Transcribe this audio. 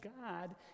God